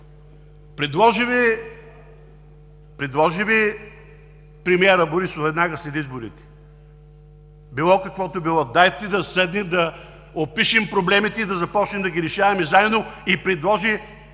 на хората. Предложи ли премиерът Борисов веднага след изборите: било каквото било, дайте да седнем да опишем проблемите и да започнем да ги решаваме заедно? И предложи